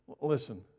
Listen